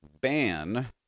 ban